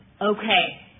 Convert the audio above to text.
Okay